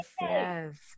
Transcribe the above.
yes